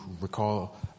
recall